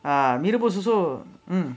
ah mee rebus also